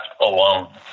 alone